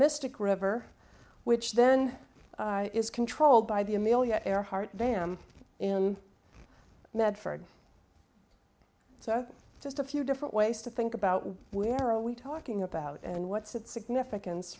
mystic river which then is controlled by the amelia earhart dam in medford so just a few different ways to think about where are we talking about and what's its significance